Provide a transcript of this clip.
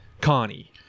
Connie